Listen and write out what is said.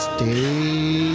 Stay